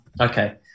okay